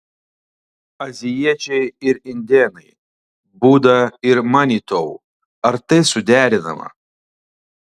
azijiečiai ir indėnai buda ir manitou ar tai suderinama